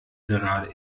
gerade